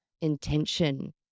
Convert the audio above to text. intention